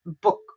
book